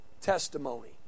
testimony